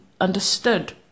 understood